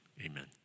amen